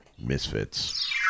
misfits